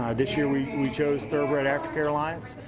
ah this year, we chose thoroughbred aftercare alliance.